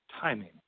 timing